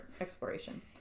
exploration